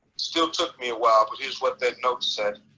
still took me a while but here's what that note said,